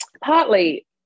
partly